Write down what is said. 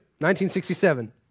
1967